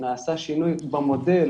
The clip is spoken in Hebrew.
נעשה שינוי במודל